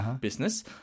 business